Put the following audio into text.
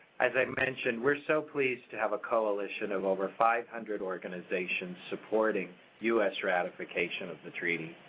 as i mentioned, we're so pleased to have a coalition of over five hundred organizations supporting u s. ratification of the treaty.